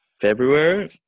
February